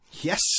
Yes